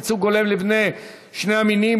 ייצוג הולם לבני שני המינים